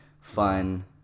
fun